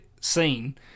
scene